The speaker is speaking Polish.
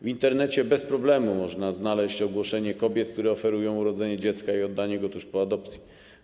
W Internecie bez problemu można znaleźć ogłoszenia kobiet, które oferują urodzenie dziecka i oddanie go tuż po adopcji.